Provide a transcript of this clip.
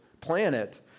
planet